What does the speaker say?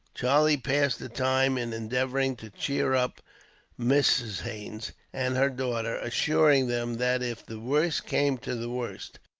charlie passed the time in endeavouring to cheer up mrs. haines, and her daughter assuring them that, if the worst came to the worst,